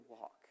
walk